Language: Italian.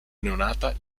neonata